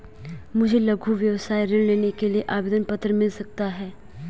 मुझे लघु व्यवसाय ऋण लेने के लिए आवेदन पत्र मिल सकता है?